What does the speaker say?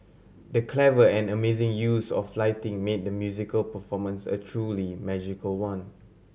the clever and amazing use of lighting made the musical performance a truly magical one